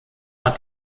hat